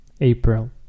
April